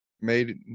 made